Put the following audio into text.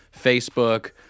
Facebook